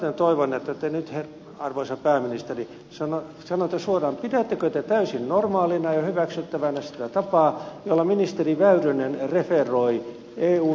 samaten toivon että te nyt arvoisa pääministeri sanotte suoraan pidättekö te täysin normaalina ja hyväksyttävänä sitä tapaa jolla ministeri väyrynen referoi eun ministerivaliokunnan keskusteluja